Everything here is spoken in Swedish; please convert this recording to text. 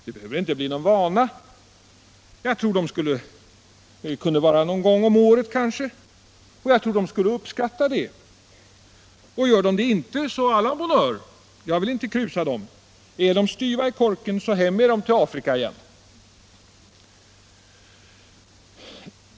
Det behöver inte bli någon vana — det kunde vara någon gång om året, kanske. Och jag tror att de skulle uppskatta 23 det. Och gör de det inte så å la bonne heure — jag vill inte krusa dem. Är de styva i korken så hem med dem till Afrika igen.